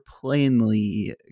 plainly